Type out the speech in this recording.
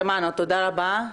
תודה רבה.